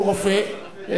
שהוא רופא,